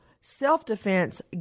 Self-defense